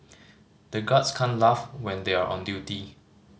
the guards can't laugh when they are on duty